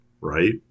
right